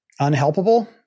unhelpable